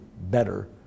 better